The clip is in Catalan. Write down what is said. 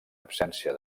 absència